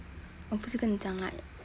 我不是跟你讲 like